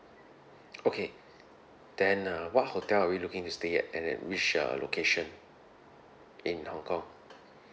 okay then uh what hotel are we looking to stay at and then which uh location in hong-kong